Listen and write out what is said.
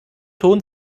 ton